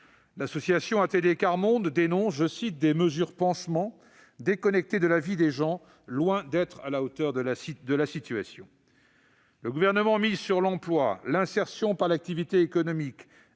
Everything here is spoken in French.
L'association ATD Quart Monde dénonce « des mesures pansement, déconnectées de la vie des gens, loin d'être à la hauteur de la situation ».